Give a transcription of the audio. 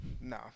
No